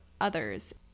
others